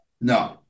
No